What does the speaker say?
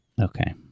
Okay